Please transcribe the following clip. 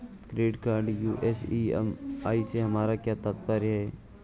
Credit card US EMI से हमारा क्या तात्पर्य है?